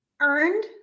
Earned